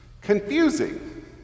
Confusing